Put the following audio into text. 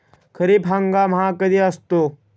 खरीप हंगाम हा कधी असतो?